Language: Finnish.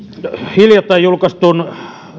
hiljattain julkaistun